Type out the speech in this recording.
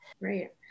Right